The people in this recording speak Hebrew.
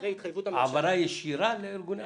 אחרי התחייבות הממשלה --- העברה ישירה לארגוני הנוער?